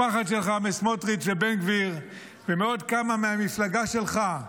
הפחד שלך מסמוטריץ' ובן גביר ומעוד כמה מהמפלגה שלך,